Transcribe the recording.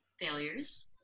failures